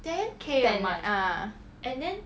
and ah